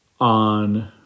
on